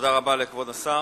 תודה רבה לכבוד השר.